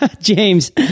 James